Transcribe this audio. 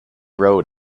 road